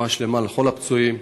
רפואה שלמה לכל הפצועים,